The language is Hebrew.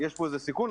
יש פה איזה סיכון.